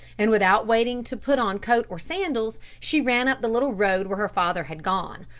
and without waiting to put on coat or sandals, she ran up the little road where her father had gone,